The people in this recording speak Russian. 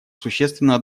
существенно